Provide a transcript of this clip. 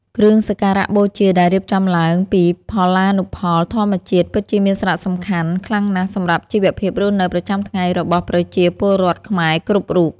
គ្រឿងសក្ការបូជាដែលរៀបចំឡើងពីផលានុផលធម្មជាតិពិតជាមានសារៈសំខាន់ខ្លាំងណាស់សម្រាប់ជីវភាពរស់នៅប្រចាំថ្ងៃរបស់ប្រជាពលរដ្ឋខ្មែរគ្រប់រូប។